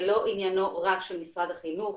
זה לא עניינו רק של משרד החינוך,